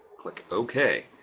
click ok.